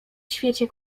świecie